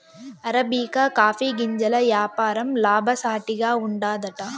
arabica coffee గింజల యాపారం లాభసాటిగా ఉండాదట